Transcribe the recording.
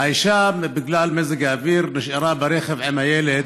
האישה, בגלל מזג האוויר, נשארה ברכב עם הילד,